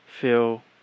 feel